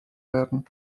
werden